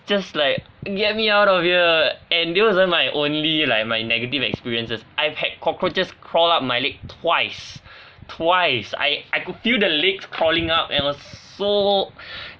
just like get me out of here and that wasn't my only like my negative experiences I've had cockroaches crawl up my leg twice twice I I could feel the leg crawling up and was so